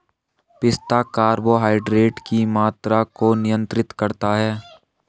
पिस्ता कार्बोहाइड्रेट की मात्रा को नियंत्रित करता है